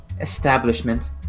establishment